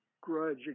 grudge